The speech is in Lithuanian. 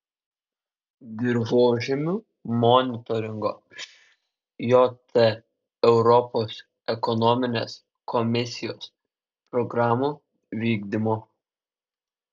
dirvožemių monitoringo jt europos ekonominės komisijos programų vykdymo